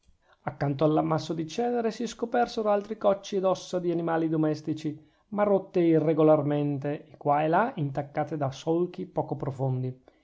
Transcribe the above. accanto a quell'ammasso di cenere si scopersero altri cocci ed ossa di animali domestici ma rotte irregolarmente e qua e là intaccate da solchi poco profondi